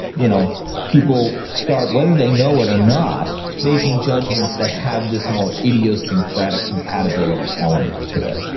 you know people start, whether they know it or not, making judgements that have this more idiosyncratic compatibility element to it.